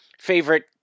favorite